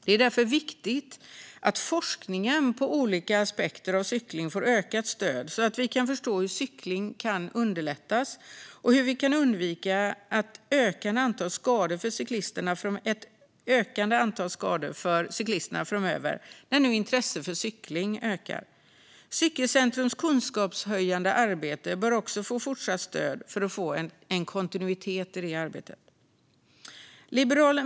Det är därför viktigt att forskningen på olika aspekter av cykling får ökat stöd så att vi kan förstå hur cykling kan underlättas och hur vi kan undvika ett ökande antal skador för cyklisterna framöver när nu intresset för cykling ökar. Cykelcentrums kunskapshöjande arbete bör också få fortsatt stöd för att få en kontinuitet i arbetet.